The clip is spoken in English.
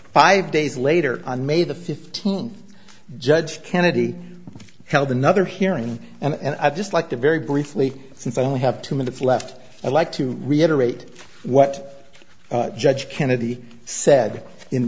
five days later on may the fifteenth judge kennedy held another hearing and i'd just like to very briefly since i only have two minutes left i'd like to reiterate what judge kennedy said in